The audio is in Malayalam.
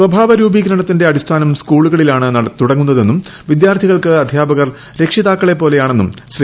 സ്വഭാവ രൂപീകരണത്തിന്റെ അടിസ്ഥാനം സ്കൂളികളിലാണ് തുടങ്ങുന്നതെന്നും വിദ്യാർത്ഥികൾക്ക് അധ്യാപകർ രക്ഷിതാക്കളെ പോലെയാണെന്നും ശ്രീ